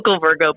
Virgo